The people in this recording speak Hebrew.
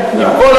עם כל